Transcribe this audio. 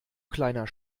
kleiner